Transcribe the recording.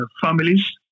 families